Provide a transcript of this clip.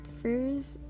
first